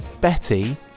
Betty